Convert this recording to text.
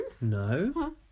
No